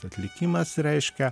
atlikimas reiškia